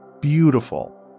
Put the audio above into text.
beautiful